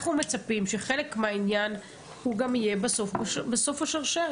אנחנו מצפים שחלק מהעניין יהיה בסוף השרשרת.